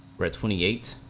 rate twenty eight